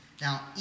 Now